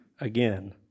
again